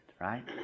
right